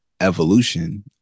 evolution